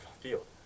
field